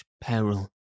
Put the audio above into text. peril